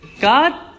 God